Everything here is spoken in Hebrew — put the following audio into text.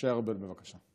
משה ארבל, בבקשה.